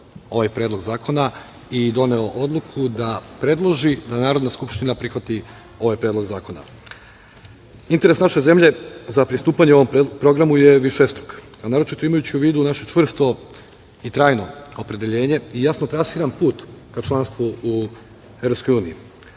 ovaj predlog zakona i doneo odluku da predloži da Narodna skupština prihvati ovaj predlog zakona. Interes naše zemlje za pristupanje ovom programu je višestruk, a naročito imajući u vidu naše čvrsto i trajno opredeljenje i jasno trasiran put ka članstvu EU.